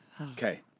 Okay